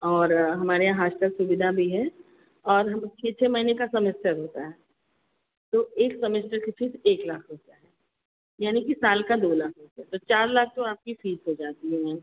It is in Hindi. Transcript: और हमारे यहाँ हॉस्टल सुविधा भी है और हम छः छः महीने का सेमेस्टर होता है तो एक सेमेस्टर की फीस एक लाख रुपया है यानी कि साल का दो लाख रुपया तो चार लाख तो आपकी फीस हो जाती है मैम